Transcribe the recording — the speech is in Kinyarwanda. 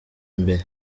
imbere